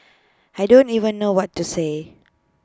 I don't even know what to say